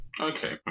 Okay